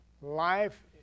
Life